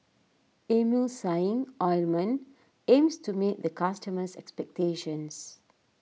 Emulsying Ointment aims to meet the customers' expectations